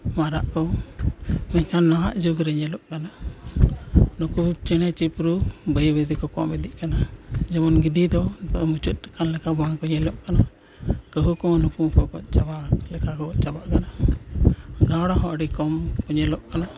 ᱢᱟᱨᱟᱝ ᱠᱚ ᱢᱮᱱᱠᱷᱟᱱ ᱱᱟᱦᱟᱜ ᱡᱩᱜᱽ ᱨᱮ ᱧᱮᱞᱚᱜ ᱠᱟᱱᱟ ᱱᱩᱠᱩ ᱪᱮᱬᱮ ᱪᱤᱯᱨᱩᱫ ᱵᱟᱹᱭ ᱵᱟᱹᱭ ᱛᱮᱠᱚ ᱠᱚᱢ ᱤᱫᱤᱜ ᱠᱟᱱᱟ ᱡᱮᱢᱚᱱ ᱜᱤᱫᱤ ᱫᱚ ᱱᱤᱛᱚᱜ ᱢᱩᱪᱟᱹᱫ ᱟᱠᱟᱱ ᱞᱮᱠᱟ ᱵᱟᱝ ᱠᱚ ᱧᱮᱞᱚᱜ ᱠᱟᱱᱟ ᱠᱟᱹᱦᱩ ᱠᱚ ᱱᱩᱠᱩ ᱦᱚᱸ ᱠᱚ ᱜᱚᱡ ᱪᱟᱵᱟ ᱞᱮᱠᱟ ᱠᱚ ᱜᱚᱡ ᱪᱟᱵᱟᱜ ᱠᱟᱱᱟ ᱜᱷᱟᱣᱲᱟ ᱦᱚᱸ ᱟᱹᱰᱤ ᱠᱚᱢ ᱠᱚ ᱧᱮᱞᱚᱜ ᱠᱟᱱᱟ